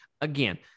Again